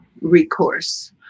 recourse